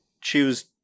choose